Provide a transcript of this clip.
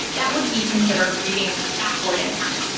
that would be considered reading backward in time,